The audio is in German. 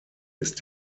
ist